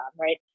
right